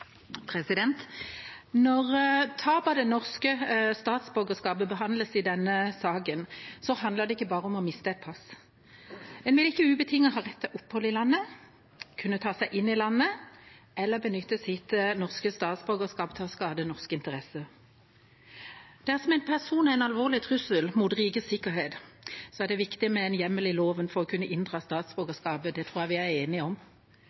Når tap av det norske statsborgerskapet behandles i denne saken, handler det ikke bare om å miste et pass. En vil ikke ubetinget ha rett til opphold i landet, kunne ta seg inn i landet, eller benytte sitt norske statsborgerskap til å skade norske interesser. Dersom en person er en alvorlig trussel mot rikets sikkerhet, er det viktig med en hjemmel i loven for å kunne inndra statsborgerskapet. Det tror jeg vi er enige om.